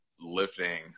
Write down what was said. lifting